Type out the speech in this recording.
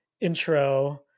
intro